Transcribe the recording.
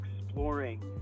exploring